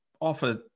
offer